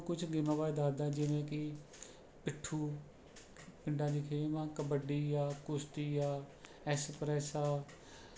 ਕੁਛ ਗੇਮਾਂ ਬਾਰੇ ਦੱਸਦਾ ਜਿਵੇਂ ਕਿ ਪਿੱਠੂ ਪਿੰਡਾਂ ਦੀ ਖੇਡ ਆ ਕਬੱਡੀ ਆ ਕੁਸ਼ਤੀ ਆ ਐੱਸਪ੍ਰੈਸ ਆ